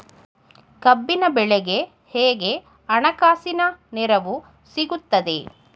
ಕಬ್ಬಿನ ಬೆಳೆಗೆ ಹೇಗೆ ಹಣಕಾಸಿನ ನೆರವು ಸಿಗುತ್ತದೆ?